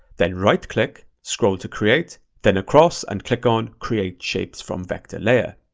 then right click, scroll to create, then across, and click on create shapes from vector layer.